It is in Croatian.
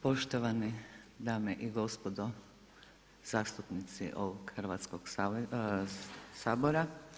Poštovane dame i gospodo zastupnici ovog Hrvatskoga sabora.